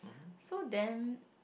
so then